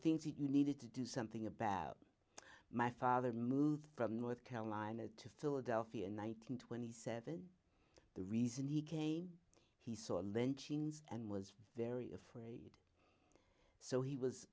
things that you needed to do something about my father moved from north carolina to philadelphia in one thousand twenty seven the reason he came he saw a lynchings and was very afraid so he was